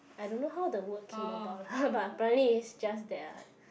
I don't know how the word came about lah but apparently is just that ah